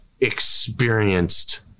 experienced